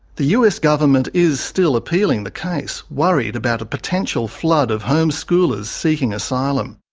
the us government is still appealing the case, worried about a potential flood of homeschoolers seeking asylum.